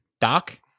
doc